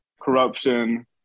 corruption